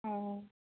অঁ